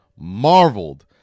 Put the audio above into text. marveled